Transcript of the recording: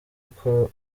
uko